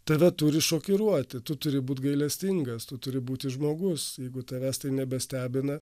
tave turi šokiruoti tu turi būti gailestingas tu turi būti žmogus jeigu tavęs tai nebestebina